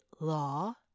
law